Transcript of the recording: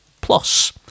Plus